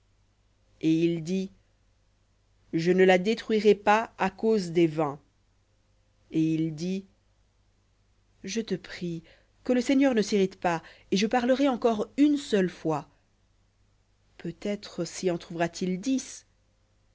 et il dit je ne la détruirai pas à cause des vingt et il dit je te prie que le seigneur ne s'irrite pas et je parlerai encore une seule fois peut-être s'y en trouvera-t-il dix